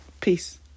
peace